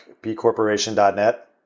bcorporation.net